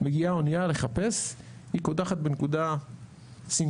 מגיעה אוניHה לחפש, היא קודחת בנקודה סימבולרית.